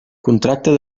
contracte